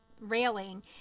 railing